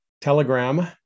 Telegram